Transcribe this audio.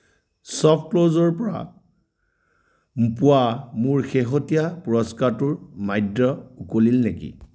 শ্ব'পক্লুজৰ পৰা পোৱা মোৰ শেহতীয়া পুৰস্কাৰটোৰ ম্যাদ উকলিল নেকি